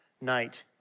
night